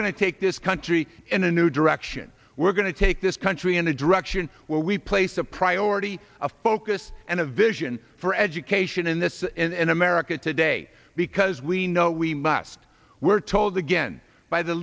to take this country in a new direction we're going to take this country in a direction where we place a priority a focus and a vision for education in this in america today because we know we must we're told again by the